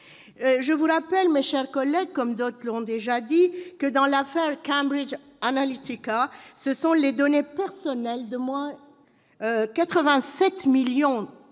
Je vous rappelle, mes chers collègues, que dans l'affaire Cambridge Analytica, ce sont les données personnelles d'au moins 87 millions